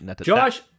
josh